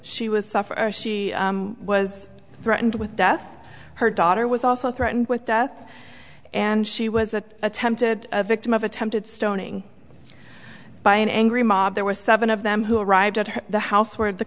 she was suffering she was threatened with death her daughter was also threatened with death and she was that attempted a victim of attempted stoning by an angry mob there were seven of them who arrived at the house where